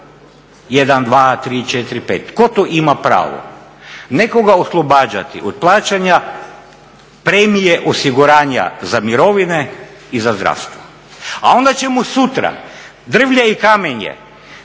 1,2,3,4,5. Tko to ima pravo nekoga oslobađati od plaćanja premije osiguranja za mirovine i za zdravstvo, a onda će mu sutra drvlje i kamenje